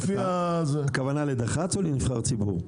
הכוונה לדח"צ או לנבחר ציבור?